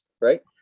right